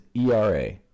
ERA